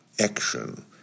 action